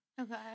Okay